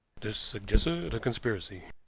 this suggested a conspiracy.